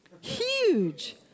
Huge